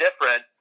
different